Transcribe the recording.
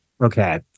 Okay